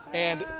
and